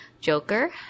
Joker